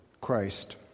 Christ